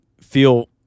feel